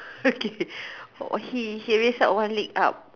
okay for he he raise up one leg up